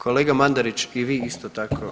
Kolega Mandarić i vi isto tako.